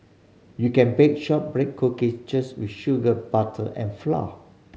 you can bake shortbread cookies just with sugar butter and flour